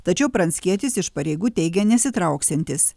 tačiau pranckietis iš pareigų teigia nesitrauksiantis